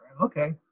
Okay